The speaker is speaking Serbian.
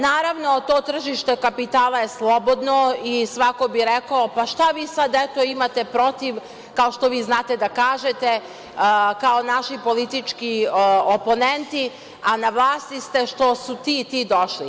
Naravno, to tržište kapitala je slobodno i svako bi rekao – pa, šta vi sada imate protiv, kao što vi znate da kažete, kao naši politički oponenti, a na vlasti ste, što su ti i ti došli?